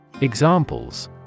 Examples